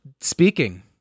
speaking